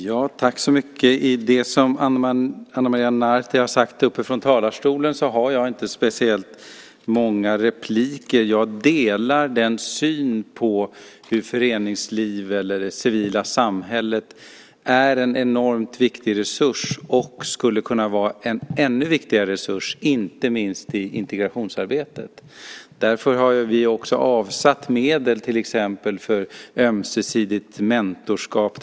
Fru talman! Jag har inte så mycket att säga om det som Ana Maria Narti har sagt från talarstolen. Jag delar synen att föreningslivet eller det civila samhället är en enormt viktig resurs och skulle kunna vara en ännu viktigare resurs, inte minst i integrationsarbetet. Därför har vi också avsatt medel till exempel för ömsesidigt mentorskap.